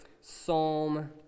Psalm